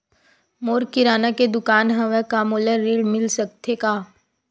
मोर किराना के दुकान हवय का मोला ऋण मिल सकथे का?